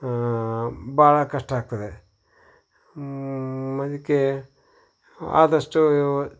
ಬಹಳ ಕಷ್ಟ ಆಗ್ತದೆ ಅದಕ್ಕೆ ಆದಷ್ಟು